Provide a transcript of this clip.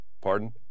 Pardon